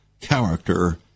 character